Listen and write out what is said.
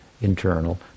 internal